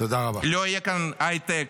לא יהיה כאן הייטק,